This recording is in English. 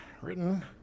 written